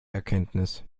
erkenntnis